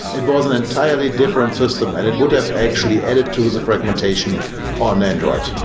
it wasn't entirely different system and it would have actually added to the fragmentation on android.